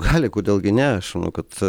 gali kodėl gi ne aš manau kad